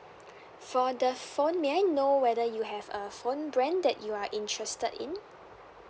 so the phone may I know whether you have a phone brand that you are interested in